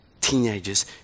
teenagers